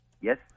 Yes